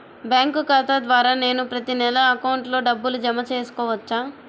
Bank ఖాతా ద్వారా నేను ప్రతి నెల అకౌంట్లో డబ్బులు జమ చేసుకోవచ్చా?